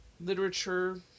literature